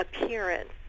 appearance